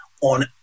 on